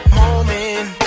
moment